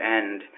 end